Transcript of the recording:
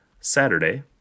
Saturday